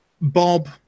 Bob